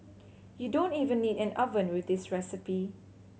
you don't even need an oven with this recipe